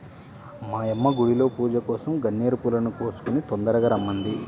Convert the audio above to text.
మా యమ్మ గుడిలో పూజకోసరం గన్నేరు పూలను కోసుకొని తొందరగా రమ్మంది